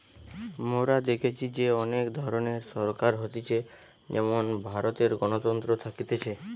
মোরা দেখেছি যে অনেক ধরণের সরকার হতিছে যেমন ভারতে গণতন্ত্র থাকতিছে